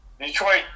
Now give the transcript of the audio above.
Detroit